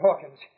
Hawkins